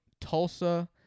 Tulsa